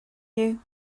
you